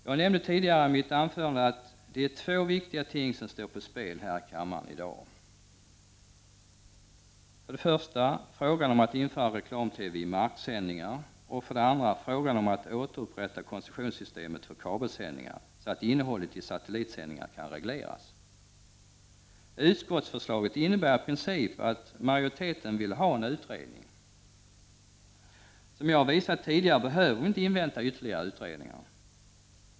Jag nämnde tidigare i mitt anförande att det är två viktiga ting som står på spel här i kammaren i dag: 1. frågan om att införa reklam-TV i marksändningar och 2. frågan om att återupprätta koncessionssystemet för kabelsändningar så att innehållet i satellitsändningar kan regleras. Utskottsförslaget innebär i princip att majoriteten vill ha en utredning. Som jag har visat tidigare behöver vi inte invänta ytterligare utredningar.